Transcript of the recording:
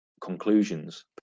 conclusions